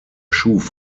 schuf